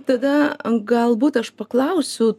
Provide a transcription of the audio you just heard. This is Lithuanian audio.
tada galbūt aš paklausiu